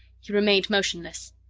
he remained motionless.